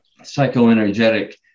psychoenergetic